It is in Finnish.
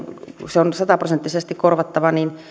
se on sata prosenttisesti korvattava niin